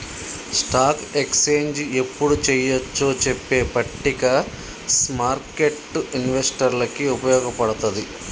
stock exchange యెప్పుడు చెయ్యొచ్చో చెప్పే పట్టిక స్మార్కెట్టు ఇన్వెస్టర్లకి వుపయోగపడతది